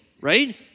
right